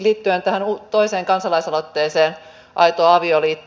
liittyen tähän toiseen kansalaisaloitteeseen aito avioliitto